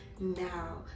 now